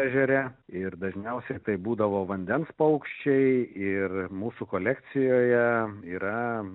ežere ir dažniausiai tai būdavo vandens paukščiai ir mūsų kolekcijoje yra